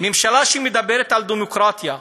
ממשלה שמדברת על דמוקרטיה,